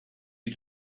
you